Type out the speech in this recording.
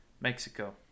Mexico